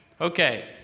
Okay